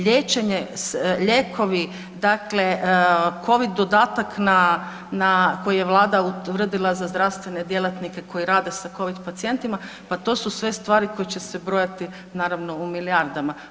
Liječenje, lijekovi, dakle COVID dodatak koji je Vlada uredila za zdravstvene djelatnike koji rade sa COVID pacijentima, pa to su sve stvari koje će brojati naravno u milijardama.